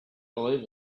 believe